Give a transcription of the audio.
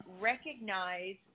recognize